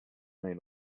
may